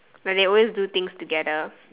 when they always do things together